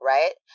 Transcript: Right